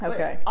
Okay